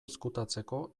ezkutatzeko